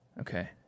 Okay